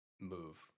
move